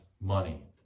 money